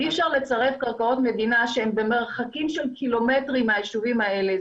אי אפשר לצרף קרקעות מדינה שהן במרחקים של קילומטרים מהיישובים האלה.